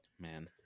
man